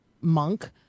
monk